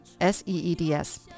S-E-E-D-S